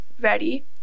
Ready